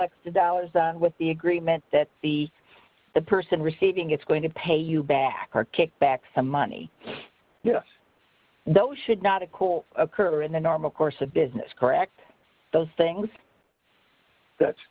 extra dollars with the agreement that the the person receiving it's going to pay you back or kick back some money though should not a call occur in the normal course of business correct those things that's